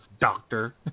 doctor